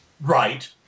right